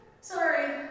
sorry